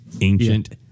ancient